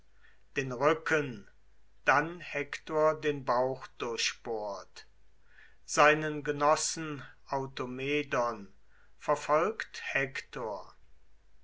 den rücken dann hektor den bauch durchbohrt seinen genossen automedon verfolgt hektor